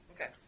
Okay